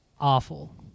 awful